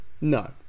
No